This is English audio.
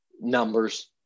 numbers